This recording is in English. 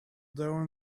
doing